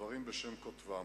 דברים בשם כותבם: